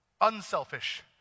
Unselfish